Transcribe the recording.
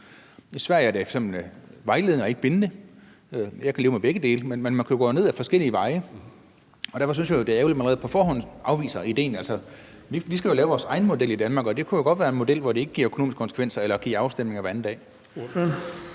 I Sverige er det f.eks. vejledende og ikke bindende. Jeg kan leve med begge dele, men man kan jo gå ned ad forskellige veje, og derfor synes jeg, det er ærgerligt, at man allerede på forhånd afviser idéen. Vi skal lave vores egen model i Danmark, og det kunne jo godt være en model, hvor det ikke har økonomiske konsekvenser eller giver afstemninger hver anden dag.